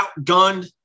outgunned